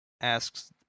asks